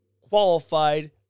qualified